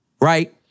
right